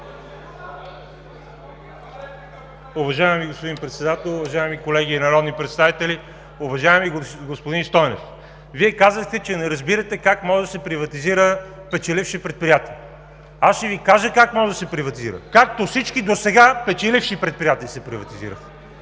Уважаеми господин Председател, уважаеми колеги народни представители! Уважаеми господин Стойнев, Вие казахте, че не разбирате как може да се приватизира печелившо предприятие. Аз ще Ви кажа как може да се приватизира. Приватизира се, както всички досега печеливши предприятия, за